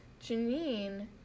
Janine